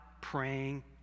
praying